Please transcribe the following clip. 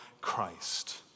Christ